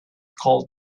called